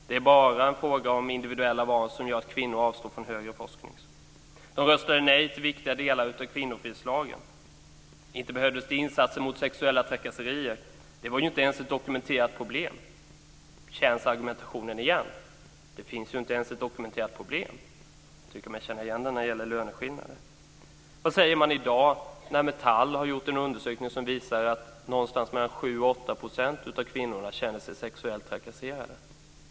Det är bara individuella val som gör att kvinnor avstår från högre forskning. De röstade nej till viktiga delar av kvinnofridslagen. Inte behövdes det insatser mot sexuella trakasserier. Det var ju inte ens ett dokumenterat problem. Känns argumentationen igen? Det finns inte ens ett dokumenterat problem. Jag tycker mig känna igen det när det gäller löneskillnader. Vad säger man när Metall har gjort en undersökning som visar att någonstans mellan sju och åtta procent av kvinnorna känner sig sexuellt trakasserade?